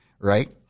right